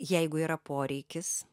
jeigu yra poreikis